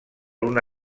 una